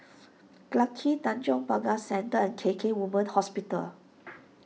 Clarke Tanjong Pagar Centre and K K Women's Hospital